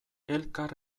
elkar